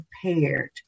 prepared